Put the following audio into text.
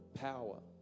power